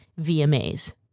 VMAs